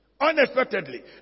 Unexpectedly